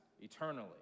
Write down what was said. eternally